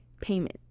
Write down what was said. payment